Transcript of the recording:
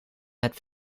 het